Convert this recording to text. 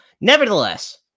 Nevertheless